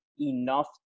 enough